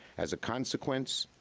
as a consequence,